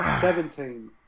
seventeen